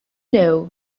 know